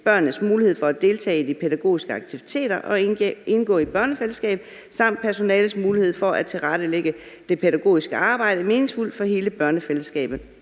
børnenes mulighed for at deltage i de pædagogiske aktiviteter og indgå i børnefællesskabet samt personalets mulighed for tilrettelægge det pædagogiske arbejde meningsfuldt for hele børnefællesskabet.